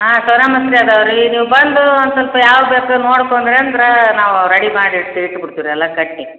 ಹಾಂ ಸೋನಮಸುರಿ ಅದಾವೆ ರೀ ನೀವು ಬಂದು ಒಂದು ಸ್ವಲ್ಪ ಯಾವು ಬೇಕಾರೆ ನೋಡ್ಕಂಡು ಅಂದರೆ ನಾವು ರೆಡಿ ಮಾಡಿ ಇಟ್ತು ಇಟ್ಬುಡ್ತೆವಿ ಎಲ್ಲ ಕಟ್ಟಿ